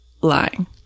lying